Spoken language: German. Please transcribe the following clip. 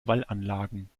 wallanlagen